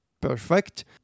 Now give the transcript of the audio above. perfect